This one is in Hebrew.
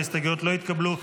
ההסתייגויות לא התקבלו.